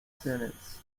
sentence